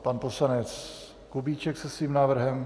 Pan poslanec Kubíček se svým návrhem.